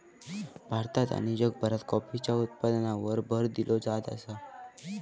भारतात आणि जगभरात कॉफीच्या उत्पादनावर भर दिलो जात आसा